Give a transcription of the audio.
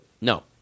No